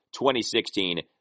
2016